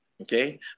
okay